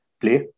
play